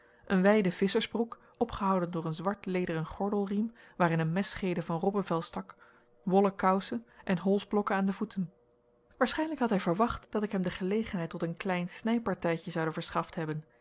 een wijde visschersbroek opgehouden door een zwart lederen gordelriem waarin een messcheede van robbevel stak wollen kousen en holsblokken aan de voeten waarschijnlijk had hij verwacht dat ik hem de gelegenheid tot ten klein snijpartijtje zoude verschaft hebben